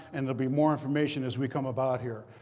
and there'll be more information as we come about here.